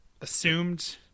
assumed